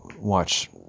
watch